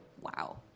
Wow